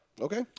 Okay